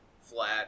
Flat